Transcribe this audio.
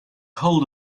hold